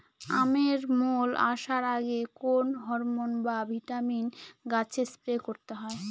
আমের মোল আসার আগে কোন হরমন বা ভিটামিন গাছে স্প্রে করতে হয়?